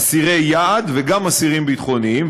אסירי יעד וגם אסירים ביטחוניים,